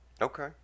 Okay